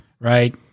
Right